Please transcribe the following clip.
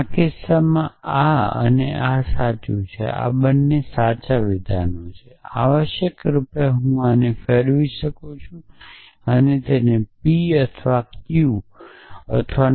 આ કિસ્સામાં આ અને આ સાચું છે અને આ બંને સાચા છે આવશ્યક હું આને ફેરવી શકું છું અને તેને p અથવા q અથવા